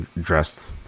dressed